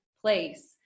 place